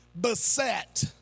beset